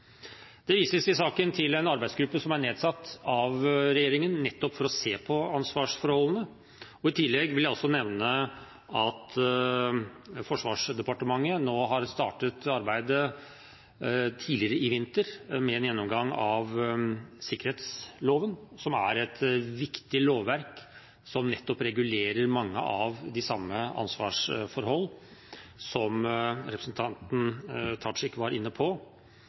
Det vises i saken til en arbeidsgruppe som er nedsatt av regjeringen, nettopp for å se på ansvarsforholdene. I tillegg vil jeg nevne at Forsvarsdepartementet tidligere, i vinter, startet arbeidet med en gjennomgang av sikkerhetsloven, som er et viktig lovverk som regulerer mange av de samme ansvarsforholdene som representanten Tajik var inne på.